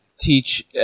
teach